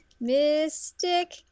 Mystic